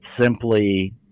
simply